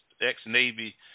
ex-navy